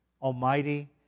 almighty